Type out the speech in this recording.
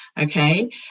Okay